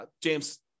James